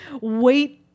Wait